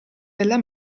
della